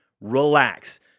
relax